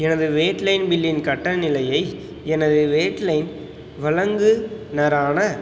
எனது wired line பில்லின் கட்டண நிலையை எனது வேட் லைன் வழங்குநரான